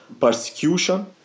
persecution